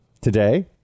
today